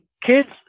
kids